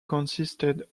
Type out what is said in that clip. consisted